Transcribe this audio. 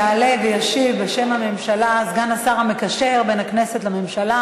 יעלה וישיב בשם הממשלה סגן השר המקשר בין הכנסת לממשלה